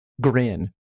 grin